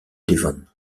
devon